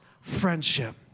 friendship